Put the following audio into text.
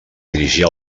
dirigir